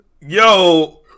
yo